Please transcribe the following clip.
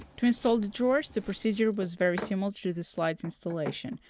to install the drawers, the procedure was very similar to the slides installation.